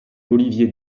olivier